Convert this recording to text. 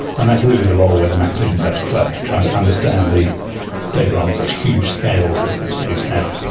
and that's really the role where the mathematicians have to play, trying to understand the data on such huge scales as they produce now.